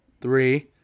three